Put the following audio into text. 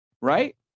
right